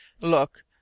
Look